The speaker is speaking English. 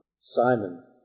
Simon